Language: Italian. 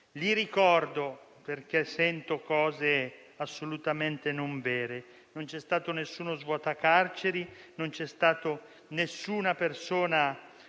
Li ricordo perché sento cose assolutamente non vere: non c'è stato alcuno svuota-carceri, non c'è stata alcuna persona